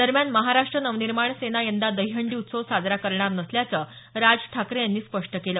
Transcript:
दरम्यान महाराष्ट्र नवनिर्माण सेना यंदा दहीहंडी उत्सव साजरा करणार नसल्याचं राज ठाकरे यांनी स्पष्ट केलं